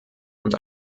und